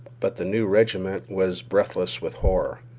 but the new regiment was breathless with horror.